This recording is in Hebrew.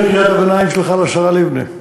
אני אעביר את קריאת הביניים שלך לשרה לבני.